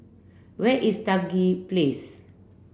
where is Stangee Place